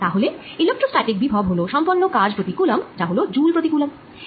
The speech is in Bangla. তাহলে ইলেক্ট্রস্ট্যাটিক বিভব হল সম্পন্ন কাজ প্রতি কুলম্ব যা হল জ্যুল প্রতি কুলম্ব